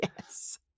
Yes